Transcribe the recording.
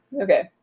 Okay